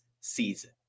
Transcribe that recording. season